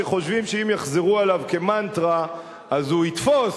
שחושבים שאם יחזרו עליו כמנטרה אז הוא יתפוס,